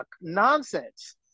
nonsense